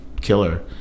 killer